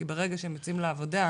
כי ברגע שהם יוצאים לעבודה,